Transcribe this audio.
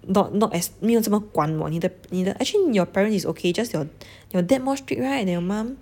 not not as 没有怎么管我你的你的 actually your parents is okay just your your dad more strict right than your mum